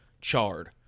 charred